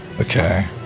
Okay